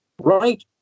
right